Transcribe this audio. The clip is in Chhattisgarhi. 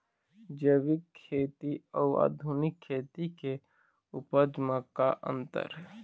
जैविक खेती अउ आधुनिक खेती के उपज म का अंतर हे?